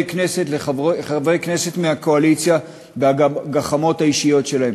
כנסת מהקואליציה והגחמות האישיות שלהם.